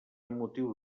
motiu